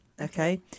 Okay